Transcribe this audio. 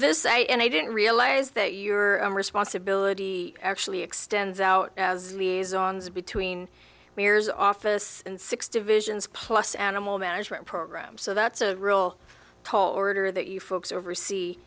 this and i didn't realize that your responsibility actually extends out as we have between mayors office and six divisions plus animal management programs so that's a real tall order that you folks oversee